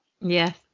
Yes